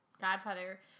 godfather